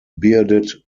bearded